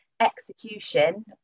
execution